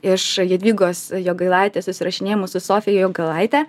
iš jadvygos jogailaitės susirašinėjimų su sofija jogailaite